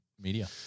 media